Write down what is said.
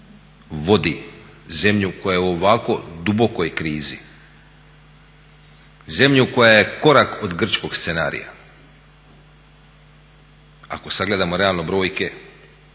vodi zemlju koja je u ovako dubokoj krizi, zemlju koja je korak od grčkog scenarija, ako sagledamo realno brojke,